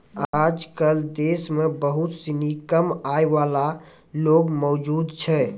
आजकल देश म बहुत सिनी कम आय वाला लोग मौजूद छै